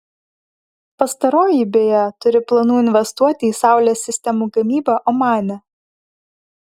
pastaroji beje turi planų investuoti į saulės sistemų gamybą omane